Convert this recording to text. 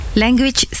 language